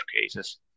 cases